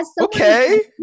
okay